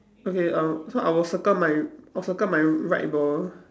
okay um so I will circle my I'll circle my right ball